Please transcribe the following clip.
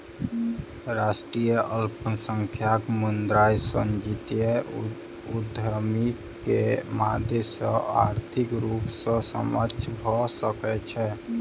राष्ट्रक अल्पसंख्यक समुदाय संजातीय उद्यमिता के माध्यम सॅ आर्थिक रूप सॅ सक्षम भ सकै छै